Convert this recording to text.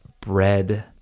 Bread